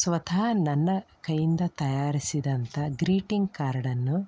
ಸ್ವತಃ ನನ್ನ ಕೈಯಿಂದ ತಯಾರಿಸಿದಂಥ ಗ್ರೀಟಿಂಗ್ ಕಾರ್ಡನ್ನು